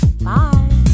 Bye